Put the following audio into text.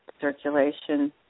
circulation